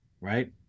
Right